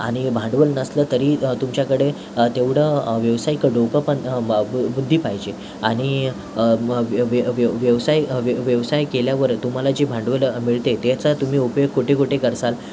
आणि भांडवल नसलं तरी तुमच्याकडे तेवढं व्यवसायिक डोकं पण बा ब बुद्धी पाहिजे आणि म व्य व्य व्य व्यवसाय व्यव व्यवसाय केल्यावर तुम्हाला जे भांडवल मिळते त्याचा तुम्ही उपयोग कुठे कुठे करसाल